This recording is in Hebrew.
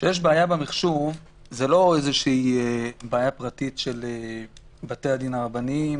כשיש בעיה במחשוב זאת לא איזו בעיה פרטית של בתי-הדין הרבניים,